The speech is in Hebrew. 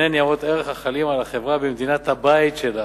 ניירות הערך החלים על החברה במדינת הבית שלה,